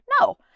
No